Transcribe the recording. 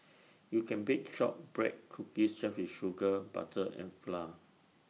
you can bake Shortbread Cookies just with sugar butter and flour